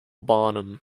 barnum